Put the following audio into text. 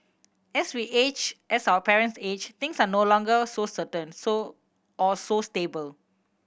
as we age as our parents age things are no longer so certain so or so stable